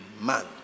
man